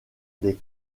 des